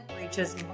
reaches